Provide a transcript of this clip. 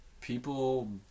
people